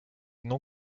non